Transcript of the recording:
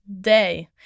day